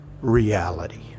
reality